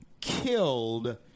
killed